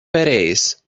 pereis